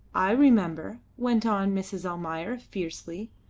i remember, went on mrs. almayer, fiercely.